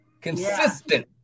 consistent